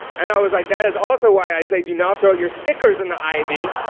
and i was like, that is also why i say do not throw your stickers in the ivy.